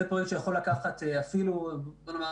זה פרויקט שיכול לקחת עד 2029,